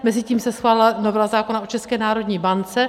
Mezitím se schválila novela zákona o České národní bance.